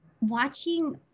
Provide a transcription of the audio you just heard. watching